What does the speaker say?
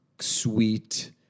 sweet